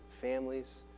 families